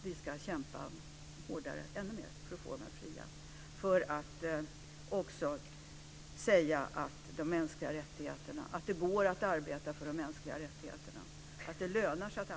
Vi ska kämpa ännu hårdare för att få dem fria och för att också kunna säga att det lönar sig att arbeta för de mänskliga rättigheterna.